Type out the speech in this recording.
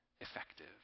effective